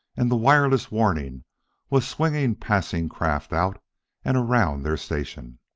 and the wireless warning was swinging passing craft out and around their station.